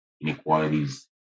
inequalities